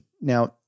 Now